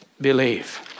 believe